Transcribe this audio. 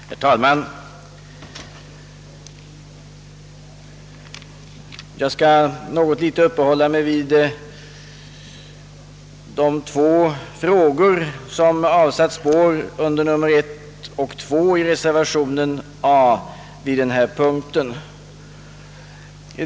Herr talman! Jag skall något litet uppehålla mig vid de två frågor som har avsatt spår i reservationerna 1 och 2 under A vid denna punkt.